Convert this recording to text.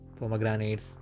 Pomegranates